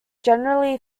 generally